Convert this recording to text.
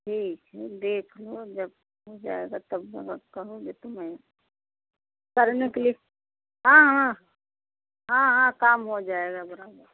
ठीक है देख लो जब हो जाएगा तब अगर कहोगे तो मैं करने के लिए हाँ हाँ हाँ हाँ काम हो जाएगा बराबर